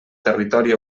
territori